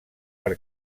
per